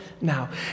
now